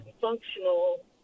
functional